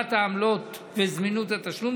הוזלת העמלות וזמינות התשלום,